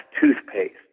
Toothpaste